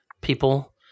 people